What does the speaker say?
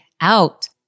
out